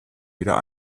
wieder